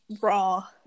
raw